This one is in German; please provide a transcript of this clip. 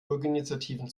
bürgerinitiativen